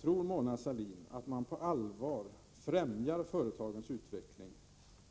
Tror Mona Sahlin på allvar att man främjar företagens utveckling,